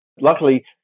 Luckily